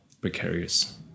precarious